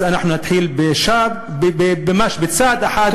אז אנחנו נתחיל בצעד אחד טוב,